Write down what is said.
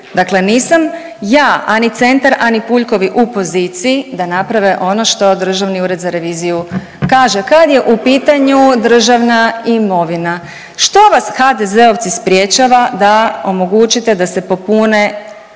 Dakle nisam ja, a ni Centar, a ni Puljkovi u poziciji da naprave ono što Državni ured za reviziju kaže. Kad je u pitanju državna imovina što vas HDZ-ovci sprječava da omogućite da se popune